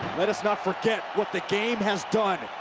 let us not forget what the game has done.